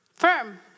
Firm